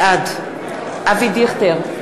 בעד אבי דיכטר,